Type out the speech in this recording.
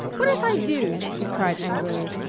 what if i do! she cried angrily.